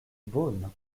beaune